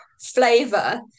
flavor